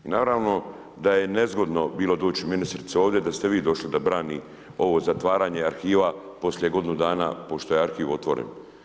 Naravno da je nezgodno bilo doći ministrici ovdje, da ste vi došli da brani ovo zatvaranje arhiva poslije godinu dana pošto je arhiv otvoren.